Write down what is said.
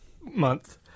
month